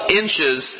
inches